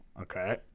Okay